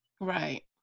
Right